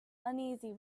uneasy